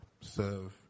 serve